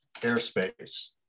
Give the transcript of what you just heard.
airspace